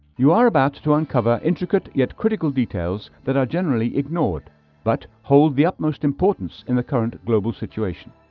you are about to uncover intricate yet critical details that are generally ignored but hold the utmost importance in the current global situation.